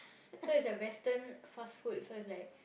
so is at western fast food so is like